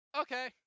okay